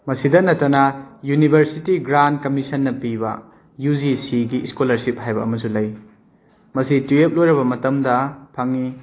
ꯃꯁꯤꯗ ꯅꯠꯇꯅ university grant ꯀꯝꯃꯤꯁꯟꯅ ꯄꯤꯕ ꯌꯨ ꯖꯤ ꯁꯤꯒꯤ ꯁ꯭ꯀꯣꯂꯔꯁꯤꯞ ꯍꯥꯏꯕ ꯑꯃꯁꯨ ꯂꯩ ꯃꯁꯤ ꯇꯨꯌꯦꯞ ꯂꯣꯏꯔꯕ ꯃꯇꯝꯗ ꯐꯪꯏ